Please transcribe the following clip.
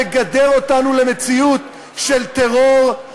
מגדר אותנו למציאות של טרור,